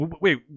Wait